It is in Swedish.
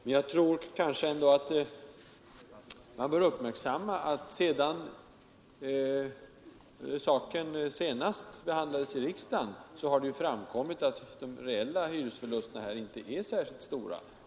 Man bör kanske ändå uppmärksamma att sedan saken senast behandlades i riksdagen har det framkommit att de verkliga hyresförlusterna här inte är särskilt stora.